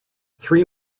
three